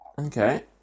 Okay